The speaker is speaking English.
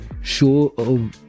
Show